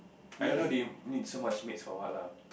I don't know they need so much maids for what lah